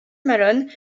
malone